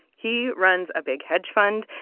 he runs a big hedge fund,